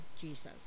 Jesus